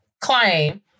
claim